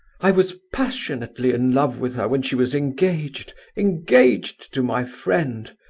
i was passionately in love with her when she was engaged engaged to my friend.